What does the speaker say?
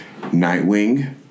Nightwing